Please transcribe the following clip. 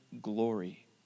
glory